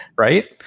Right